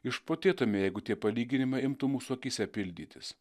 išprotėtume jeigu tie palyginimai imtų mūsų akyse pildytis